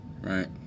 right